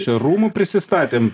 čia rūmų prisistatėm